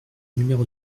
numéro